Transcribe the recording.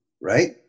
Right